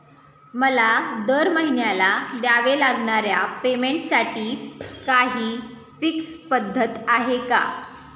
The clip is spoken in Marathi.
मला दरमहिन्याला द्यावे लागणाऱ्या पेमेंटसाठी काही फिक्स पद्धत आहे का?